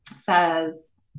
says